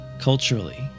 culturally